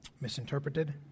misinterpreted